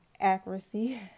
accuracy